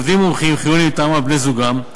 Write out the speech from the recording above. עובדים מומחים חיוניים מטעמם ובני-זוגם,